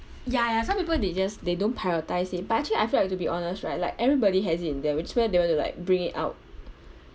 ya ya some people they just they don't prioritise it but actually I feel like to be honest right like everybody has in them which where they want to like bring it out